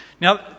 Now